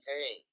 Hey